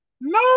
No